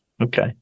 Okay